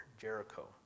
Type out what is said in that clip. Jericho